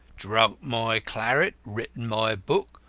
drunk my claret, written my book,